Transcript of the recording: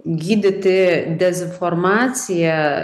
gydyti dezinformaciją